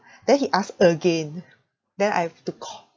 then he ask again then I have to cal~